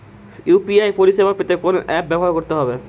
UPI পরিসেবা পেতে কোন অ্যাপ ব্যবহার করতে হবে?